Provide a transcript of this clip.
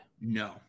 No